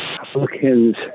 Republicans